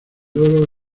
oro